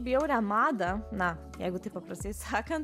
bjaurią madą na jeigu taip paprastai sakant